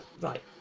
right